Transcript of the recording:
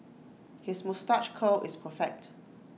his moustache curl is perfect